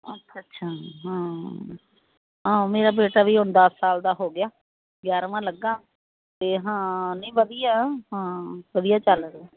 ਅੱਛਾ ਅੱਛਿਆ ਹਾਂ ਆਂ ਮੇਰਾ ਬੇਟਾ ਵੀ ਹੁਨ ਦਸ ਸਾਲ ਦਾ ਹੋ ਗਿਆ ਗਿਆਰਵਾਂ ਲੱਗਾ ਤੇ ਹਾਂ ਨਹੀਂ ਵਧੀਆ ਹਾਂ ਵਧੀਆ ਚੱਲ ਰਿਹਾ